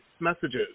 messages